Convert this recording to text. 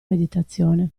meditazione